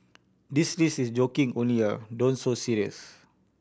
this list is joking only don't so serious